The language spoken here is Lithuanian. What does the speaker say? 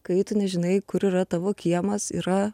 kai tu nežinai kur yra tavo kiemas yra